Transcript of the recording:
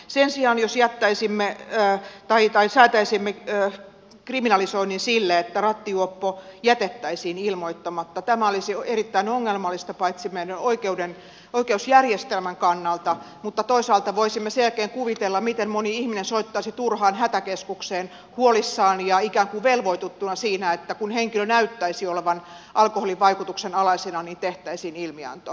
sen sijaan jos jättäisimme elää tai tai saa säätäisimme kriminalisoinnin sillä että rattijuoppo jätettäisiin ilmoittamatta tämä olisi erittäin ongelmallista meidän oikeusjärjestelmän kannalta mutta toisaalta voisimme sen jälkeen kuvitella miten moni ihminen soittaisi turhaan hätäkeskukseen huolissaan ja ikään kuin velvoitettuna siinä että kun henkilö näyttäisi olevan alkoholin vaikutuksen alaisena tehtäisiin ilmianto